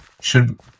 Should-